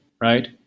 right